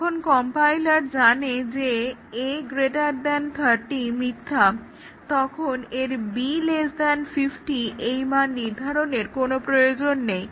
যখন কম্পাইলার জানে যে a 30 মিথ্যা তখন এর b 50 এই মান নির্ধারণের কোনো প্রয়োজন নেই